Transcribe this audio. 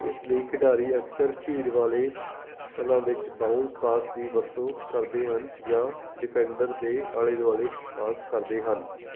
ਇਸ ਲਈ ਖਿਡਾਰੀ ਅਕਸਰ ਭੀੜ ਵਾਲੇ ਪਲਾਂ ਵਿੱਚ ਬਾਊਂਸ ਪਾਸ ਦੀ ਵਰਤੋਂ ਕਰਦੇ ਹਨ ਜਾਂ ਡਿਫੈਂਡਰ ਦੇ ਆਲੇ ਦੁਆਲੇ ਪਾਸ ਕਰਦੇ ਹਨ